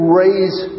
raise